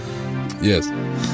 Yes